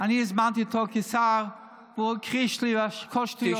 אני הזמנתי אותו כשר והוא הכחיש והכול שטויות.